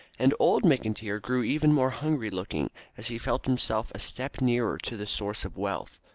and old mcintyre grew even more hungry-looking as he felt himself a step nearer to the source of wealth,